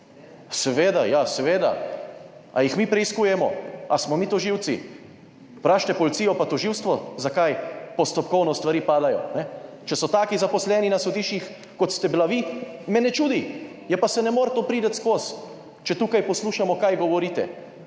seveda, ali jih mi preiskujemo ali smo mi tožilci? Vprašajte policijo pa tožilstvo, zakaj postopkovno stvari padajo. Če so taki zaposleni na sodiščih, kot ste bila vi, me ne čudi, ja pa saj ne more to priti skozi, če tukaj poslušamo kaj govorite,